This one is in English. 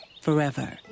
forever